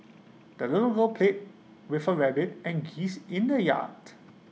the little girl played with her rabbit and geese in the yard